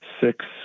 six